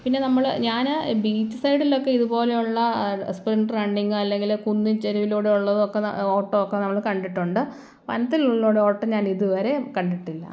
പിന്നെ നമ്മള് ഞാന് ബീച്ച് സൈഡിലൊക്കെ ഇതുപോലെയുള്ള സ്പിൻ റണ്ണിങ് അല്ലെങ്കില് കുന്നിൻ ചെരുവിലൂടെ ഉള്ളതൊക്കെ ഓട്ടമൊക്കെ നമ്മള് കണ്ടിട്ടുണ്ട് വനത്തിനുള്ളിലൂടെ ഉള്ള ഓട്ടം ഞാൻ ഇതുവരെ കണ്ടിട്ടില്ല